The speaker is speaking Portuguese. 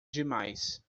demais